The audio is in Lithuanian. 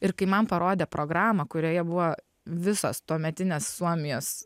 ir kai man parodė programą kurioje buvo visos tuometinės suomijos